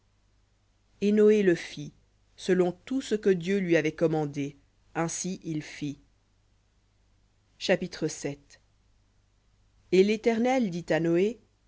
et noé le fit selon tout ce que dieu lui avait commandé ainsi il fit v chapitre et l'éternel dit à noé